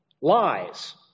Lies